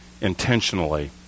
intentionally